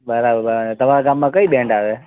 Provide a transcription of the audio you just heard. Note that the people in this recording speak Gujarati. બરાબર બરાબર તમારા ગામમાં કઈ બેન્ડ આવે